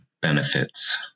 benefits